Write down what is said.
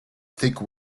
thick